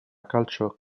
calcio